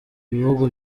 ibihugu